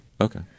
Okay